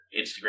Instagram